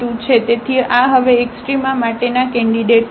તેથી આ હવે એક્સ્ટ્રામા માટેના કેન્ડિડેટ છે